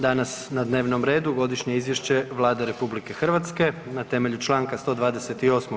Danas na dnevnom radu: - Godišnje izvješće Vlade RH Na temelju Članka 128.